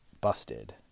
Busted